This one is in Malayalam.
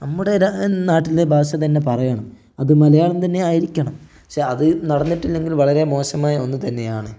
നമ്മുടെ നാട്ടിലെ ഭാഷ തന്നെ പറയണം അത് മലയാളം തന്നെയായിരിക്കണം പക്ഷേ അത് നടന്നിട്ടില്ലെങ്കിൽ വളരെ മോശമായ ഒന്നുതന്നെയാണ്